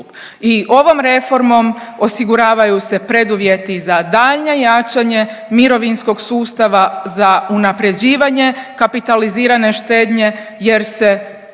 I ovom reformom osiguravaju se preduvjeti za daljnje jačanje mirovinskog sustava, za unapređivanje kapitalizirane štednje jer se